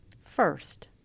First